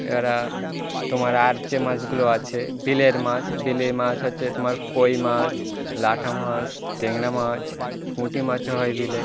এবারে তোমার আর যে মাছগুলো আছে বিলের মাছ বিলের মাছ হচ্ছে তোমার কই মাছ ল্যাঠা মাছ ট্যাংরা মাছ পুঁটি মাছও হয় বিলে